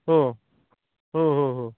हो हो हो हो